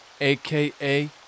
aka